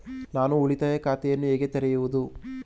ನಾನು ಉಳಿತಾಯ ಖಾತೆಯನ್ನು ಹೇಗೆ ತೆರೆಯುವುದು?